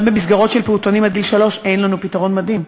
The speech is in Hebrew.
גם במסגרות של פעוטונים עד גיל שלוש אין לנו פתרון מתאים.